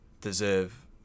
deserve